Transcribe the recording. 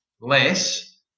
less